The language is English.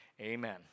Amen